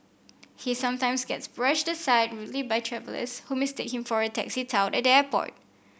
he sometimes gets brushed aside rudely by travellers who mistake him for a taxi tout at the airport